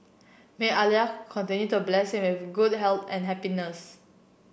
may Allah continue to bless him with good health and happiness